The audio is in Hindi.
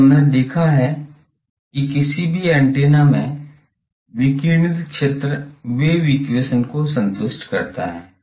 अब हमने देखा है कि किसी भी एंटीना में विकिरणित क्षेत्र वेव एक्वेशन को संतुष्ट करता है